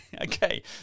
okay